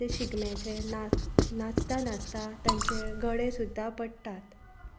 ते शिगम्याचे तांचे नाचता नाचता तांचे गडे सुद्दां पडटात